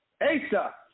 Asa